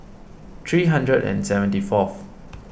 three hundred and seventy fourth